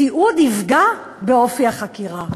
תיעוד יפגע באופי החקירה.